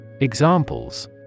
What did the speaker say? Examples